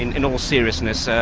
in in all seriousness, so